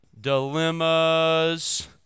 dilemmas